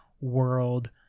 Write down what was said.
world